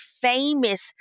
famous